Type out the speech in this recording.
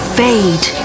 fade